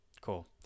Cool